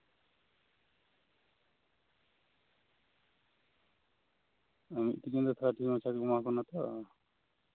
ᱢᱤᱫ ᱛᱤᱠᱤᱱ ᱫᱚ ᱰᱷᱤᱨ ᱢᱟᱪᱷᱟ ᱠᱚ ᱮᱢᱟ ᱠᱚ ᱠᱟᱱᱟ ᱛᱚ